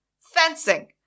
fencing